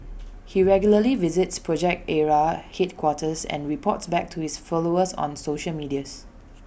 he regularly visits project Ara headquarters and reports back to his followers on social media